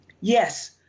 Yes